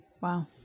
Wow